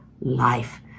life